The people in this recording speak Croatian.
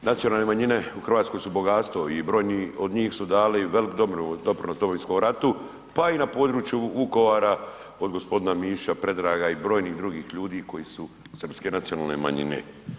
Kolega Culej nacionalne manjine u Hrvatskoj su bogatstvo i brojni od njih su dali velik doprinos Domovinskom ratu, pa i na području Vukovara od gospodina Mišića Predraga i brojnih drugih ljudi koji su srpske nacionalne manjine.